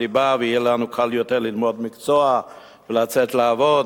ליבה ויהיה לנו קל יותר ללמוד מקצוע ולצאת לעבוד,